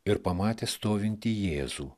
ir pamatė stovintį jėzų